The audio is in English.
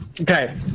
Okay